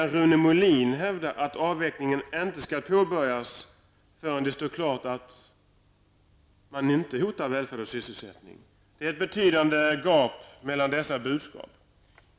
Rune Molin hävdar att avvecklingen inte skall påbörjas förrän det står klart att den inte hotar välfärd och sysselsättning. Det är ett betydande gap mellan dessa budskap.